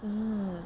mmhmm